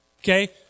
okay